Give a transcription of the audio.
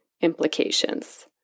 implications